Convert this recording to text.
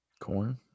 Corn